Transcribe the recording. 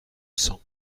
sang